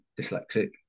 dyslexic